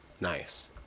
Nice